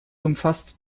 umfasst